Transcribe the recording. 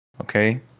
okay